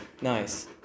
Nice